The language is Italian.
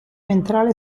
ventrale